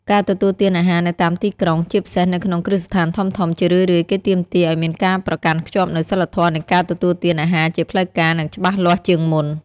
ការទទួលទានអាហារនៅតាមទីក្រុង ជាពិសេសនៅក្នុងគ្រឹះស្ថានធំៗ ជារឿយៗគេទាមទារឱ្យមានការប្រកាន់ខ្ជាប់នូវសីលធម៌នៃការទទួលទានអាហារជាផ្លូវការ និងច្បាស់លាស់ជាងមុន។